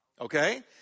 Okay